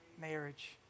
marriage